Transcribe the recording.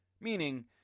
meaning